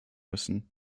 müssen